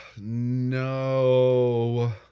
No